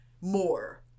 more